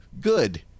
Good